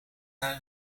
naar